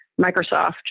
Microsoft